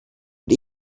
und